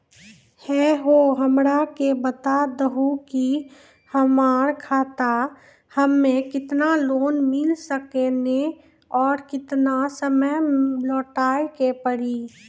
है हो हमरा के बता दहु की हमार खाता हम्मे केतना लोन मिल सकने और केतना समय मैं लौटाए के पड़ी?